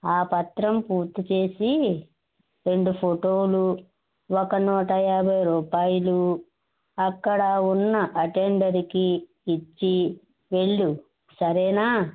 ఆ పత్రం పూర్తి చేసి రెండు ఫోటోలు ఒక నూటయాభై రూపాయలు అక్కడ ఉన్న అటెండర్కి ఇచ్చి వెళ్ళు సరేనా